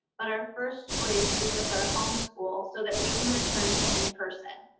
but our first choice is with our homeschool so that we can return to in person.